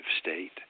state